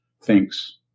thinks